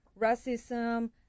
racism